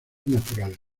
natural